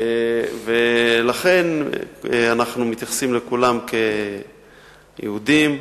לכן אנחנו מתייחסים לכולם כאל יהודים,